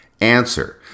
Answer